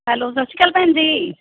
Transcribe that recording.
hello ਸਤਿ ਸ਼੍ਰੀ ਅਕਾਲ ਭੈਣ ਜੀ